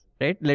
right